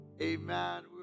Amen